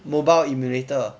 mobile emulator